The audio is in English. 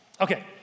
okay